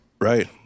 Right